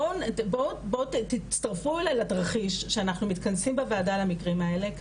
בואו תצטרפו לתרחיש שאנחנו מתכנסים לוועדה למקרים האלה,